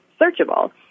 searchable